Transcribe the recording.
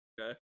Okay